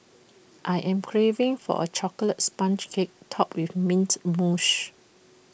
I am craving for A Chocolate Sponge Cake Topped with mint Moshe